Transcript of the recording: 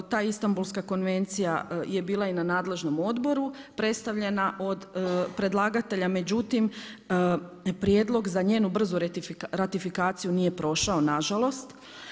Ta Istambulska konvencija je bila i na nadležnom odboru predstavljena od predlagatelja međutim prijedlog za njenu brzu ratifikaciju nije prošao nažalost.